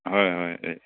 ꯍꯣꯏ ꯍꯣꯏ ꯑꯦ